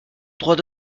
droit